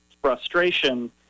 frustration